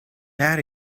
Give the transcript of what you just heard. outta